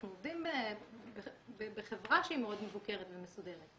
אנחנו עובדים בחברה שהיא מאוד מבוקרת ומסודרת.